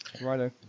Righto